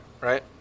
Right